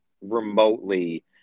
remotely